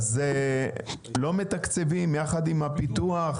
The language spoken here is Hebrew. לא מתקצבים, יחד עם הפיתוח,